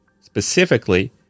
Specifically